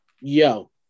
yo